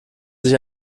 sich